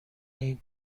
این